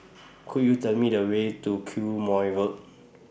Could YOU Tell Me The Way to Quemoy Road